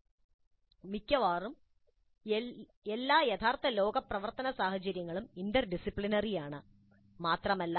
അതിനാൽ മിക്കവാറും എല്ലാ യഥാർത്ഥലോക പ്രവർത്തനസാഹചര്യങ്ങളും ഇന്റർഡിസിപ്ലിനറിയാണ് മാത്രമല്ല